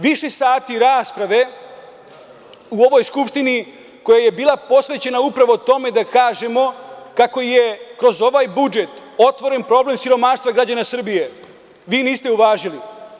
Više sati rasprave u ovoj Skupštini, koja je bila posvećena upravo tome da kažemo kako je kroz ovaj budžet otvoren problem siromaštva građana Srbije, vi niste uvažili.